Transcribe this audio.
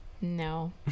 No